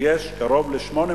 כידוע לך,